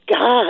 God